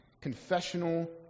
confessional